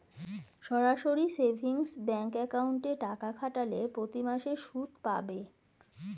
সরাসরি savings bank অ্যাকাউন্টে টাকা খাটালে প্রতিমাসে সুদ পাবে